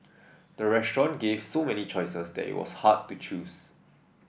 the restaurant gave so many choices that it was hard to choose